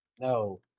No